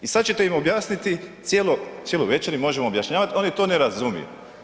I sad ćete im objasniti cijelo veće im možemo objašnjavati, oni to ne razumiju.